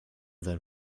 sein